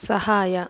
ಸಹಾಯ